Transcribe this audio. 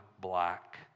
black